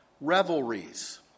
Revelries